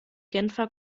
genfer